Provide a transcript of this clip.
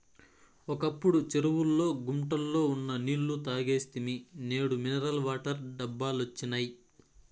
ఒకప్పుడు చెరువుల్లో గుంటల్లో ఉన్న నీళ్ళు తాగేస్తిమి నేడు మినరల్ వాటర్ డబ్బాలొచ్చినియ్